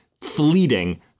fleeting